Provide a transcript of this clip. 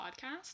podcast